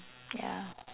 ya